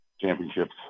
championships